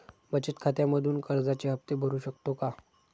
बचत खात्यामधून कर्जाचे हफ्ते भरू शकतो का?